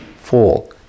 fall